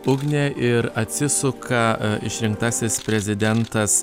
ugnė ir atsisuka išrinktasis prezidentas